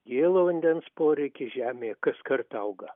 gėlo vandens poreiks žemėje kaskart auga